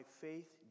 faith